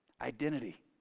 identity